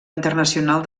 internacional